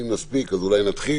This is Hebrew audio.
אם נספיק אז אולי נתחיל,